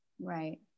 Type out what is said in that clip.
Right